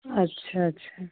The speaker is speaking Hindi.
अच्छा अच्छा